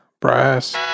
brass